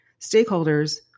stakeholders